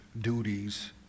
duties